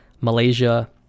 Malaysia